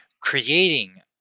Creating